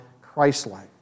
Christ-like